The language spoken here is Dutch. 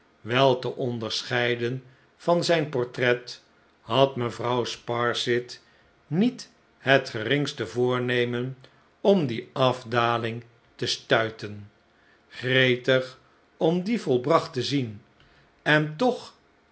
wel te onderscheiden van zijn portret had mevrouw sparsit niet het geringste voornemen om die afdaling te stuiten gretig om die volbracht te zien en toch